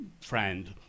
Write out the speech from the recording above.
friend